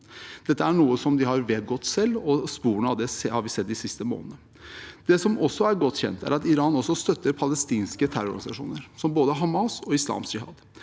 Dette er noe de har vedgått selv, og sporene av det har vi sett de siste månedene. Det som også er godt kjent, er at Iran støtter palestinske terrororganisasjoner som både Hamas og Islamsk jihad.